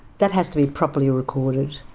that has to be properly recorded.